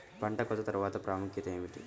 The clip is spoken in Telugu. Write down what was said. పంట కోత తర్వాత ప్రాముఖ్యత ఏమిటీ?